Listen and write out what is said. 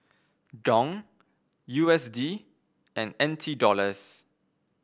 Dong U S D and N T Dollars